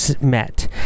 met